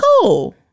cool